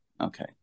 okay